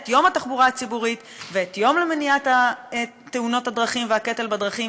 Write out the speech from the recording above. את יום התחבורה הציבורית ואת היום למניעת תאונות הדרכים והקטל בדרכים,